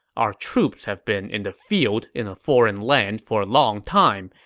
our troops have been in the field in a foreign land for a long time.